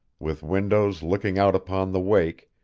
with windows looking out upon the wake,